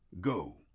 Go